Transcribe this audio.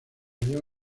nueva